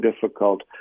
difficult